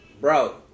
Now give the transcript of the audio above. bro